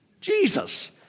Jesus